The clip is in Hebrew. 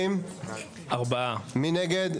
מי נגד?